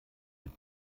mit